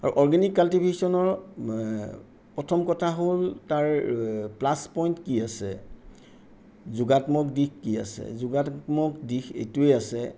আৰু অৰ্গেনিক কাল্টিভেশ্যনৰ প্ৰথম কথা হ'ল তাৰ প্লাচ পইণ্ট কি আছে যোগাত্মক দিশ কি আছে যোগাত্মক দিশ এইটোৱেই আছে